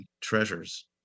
treasures